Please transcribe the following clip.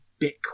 Bitcoin